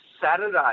Saturday